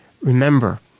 remember